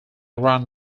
run